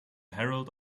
herald